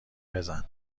بزن